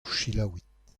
selaouit